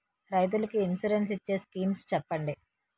రైతులు కి ఇన్సురెన్స్ ఇచ్చే స్కీమ్స్ చెప్పండి?